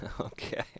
Okay